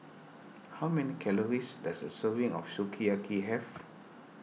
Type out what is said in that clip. how many calories does a serving of Sukiyaki have